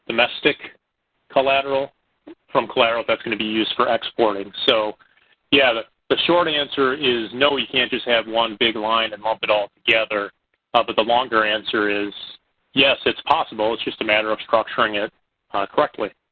domestic collateral from collateral that's going to be used for exporting. so yeah, the but short answer is no, you can't just have one big line and lump it all together. ah but the longer answer is yes, it's possible, it's just a matter of structuring it correctly.